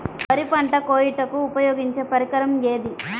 వరి పంట కోయుటకు ఉపయోగించే పరికరం ఏది?